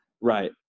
Right